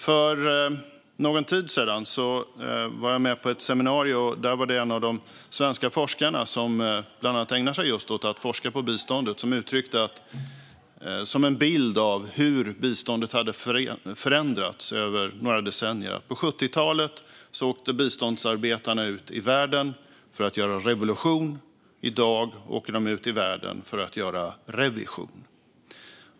För någon tid sedan deltog jag i ett seminarium, där en av de svenska forskare som bland annat ägnar sig just åt att forska på biståndet uttryckte, som en bild av hur biståndet har förändrats över några decennier, att biståndsarbetarna på 1970-talet åkte ut i världen för att göra revolution och att de i dag åker ut i världen för att göra revision.